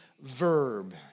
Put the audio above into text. verb